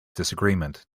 disagreement